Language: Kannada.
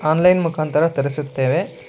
ಆನ್ಲೈನ್ ಮುಖಾಂತರ ತರಿಸುತ್ತೇವೆ